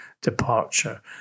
departure